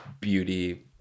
beauty